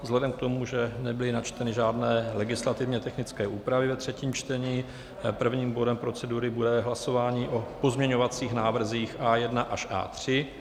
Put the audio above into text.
Vzhledem k tomu, že nebyly načteny žádné legislativně technické úpravy ve třetím čtení, prvním bodem procedury bude hlasování o pozměňovacích návrzích A1 až A3.